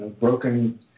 broken